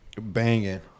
banging